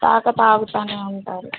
తాగుతానే ఉంటారు